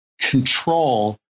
control